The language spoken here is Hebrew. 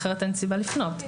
אחרת אין סיבה לפנות.